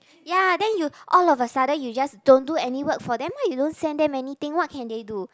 ya then you all of a sudden you just don't do any work for them ah you don't send them anything what can they do